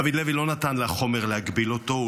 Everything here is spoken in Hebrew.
דוד לוי לא נתן לחומר להגביל אותו,